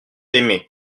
aimé